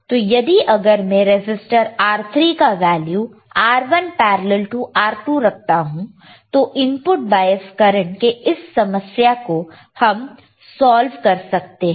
तो यदि अगर मैं रजिस्टर R3 का value R1 parallel to R2 रखता हूं तो इनपुट बायस करंट के इस समस्या को हम सॉल्व कर सकते हैं